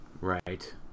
Right